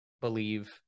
believe